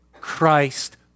Christ